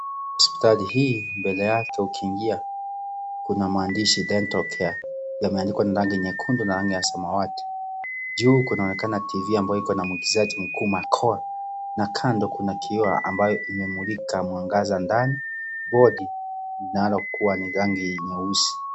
Hospitali hii mbele yake ukiingia kuna maandishi dental care yameandikwa na rangi nyekundu na rangi ya samawati, juu kunaonekana tv ambayo ikona muigizaji mkuu Makoha, na kando kuna kioo ambayo imemulika mwangaza ndani, bodi inalokua ni rangi nyeusi.